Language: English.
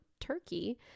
Turkey